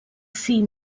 see